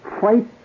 fight